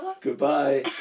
goodbye